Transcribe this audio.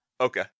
Okay